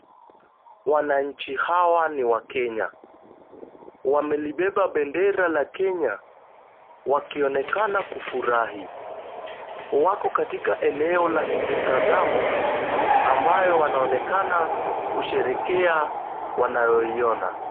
Wananchi hawa ni wakenya. wamelibeba bendera la Kenya wakionekana kufurahi. Wako katika eneo la mtazamo ambayo wanaonekana kusherekea wanayoiona.